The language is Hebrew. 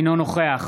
אינו נוכח